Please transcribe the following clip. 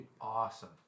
Awesome